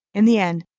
in the end,